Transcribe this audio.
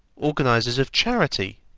organisers of charity,